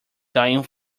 dying